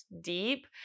deep